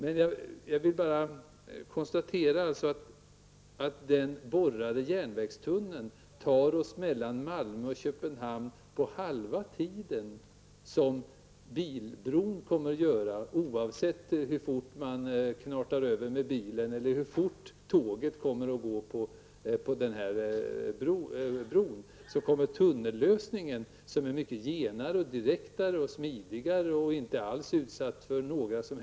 En borrad järnvägstunnel tar oss mellan Malmö och Köpenhamn på halva tiden jämfört med vad bilbron kommer att göra, oavsett hur fort man kör med bil eller hur fort tåget går. Tunnellösningen är mycket genare, direktare och smidigare samtidigt som den inte alls är utsatt för några störningar.